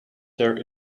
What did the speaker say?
their